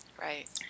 Right